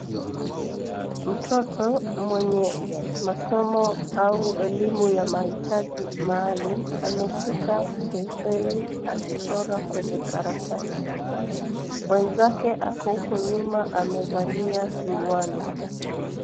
Mtoto mwenye masomo au elimu ya mahitaji maalum, ameshika penseli akichora kwenye karatasi. Mwenzake ako huko nyuma amevalia miwani.